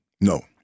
No